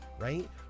right